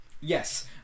Yes